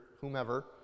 whomever